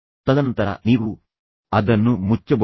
ತದನಂತರ ನೀವು ಅದನ್ನು ಮುಚ್ಚಬಹುದು